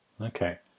Okay